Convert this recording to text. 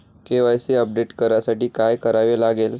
KYC update करण्यासाठी काय करावे लागेल?